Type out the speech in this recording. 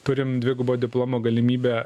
turim dvigubo diplomo galimybę